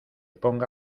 ponga